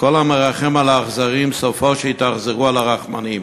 כל המרחם על האכזרים, סופו שיתאכזר על הרחמנים.